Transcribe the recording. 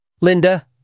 Linda